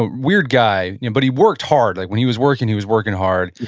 weird guy, you know but he worked hard. like when he was working, he was working hard.